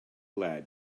lad